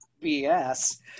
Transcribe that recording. BS